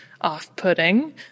off-putting